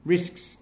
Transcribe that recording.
Risks